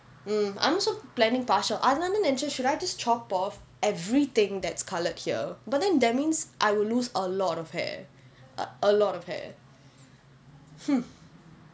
mm I'm also planning partial அதனாலே தான் நினைச்சேன்:athanaalae thaan ninaichen should I just chop off everything that's coloured here but then that means I will lose a lot of hair like a lot of hair hmm